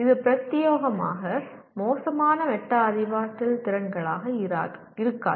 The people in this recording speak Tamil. இது பிரத்தியேகமாக மோசமான மெட்டா அறிவாற்றல் திறன்களாக இருக்காது